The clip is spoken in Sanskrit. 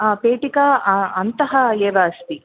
हा पेटिका अ अन्तः एव अस्ति